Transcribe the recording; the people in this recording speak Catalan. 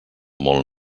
molt